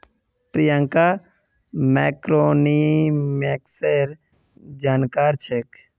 प्रियंका मैक्रोइकॉनॉमिक्सेर जानकार छेक्